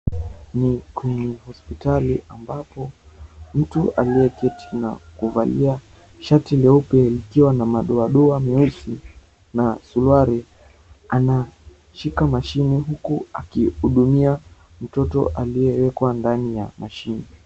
Ni kwenye hospitali ambapo mtu aliyeketi na kuvalia shati leupe likiwa na madoadoa meusi na suruali, anashika mashini huku akihudumia mtoto aliyewekwa ndani ya mashini.